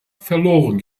verloren